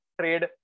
trade